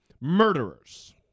murderers